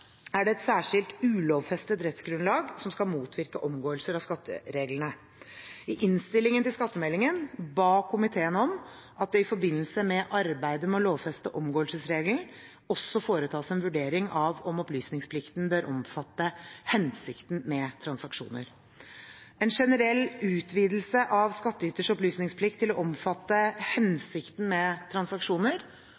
er det et særskilt ulovfestet rettsgrunnlag som skal motvirke omgåelser av skattereglene. I innstillingen til skattemeldingen ba komiteen om at det i forbindelse med arbeidet med å lovfeste omgåelsesregelen også foretas en vurdering av om opplysningsplikten bør omfatte hensikten med transaksjoner. En generell utvidelse av skattyters opplysningsplikt til å omfatte